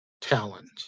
talent